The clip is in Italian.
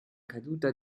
caduta